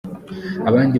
abandi